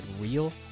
real